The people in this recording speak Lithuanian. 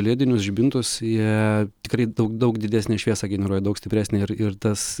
ledinius žibintus jie tikrai daug daug didesnę šviesą generuoja daug stipresnę ir ir tas